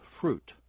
fruit